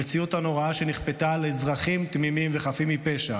המציאות הנוראה שנכפתה על אזרחים תמימים וחפים מפשע,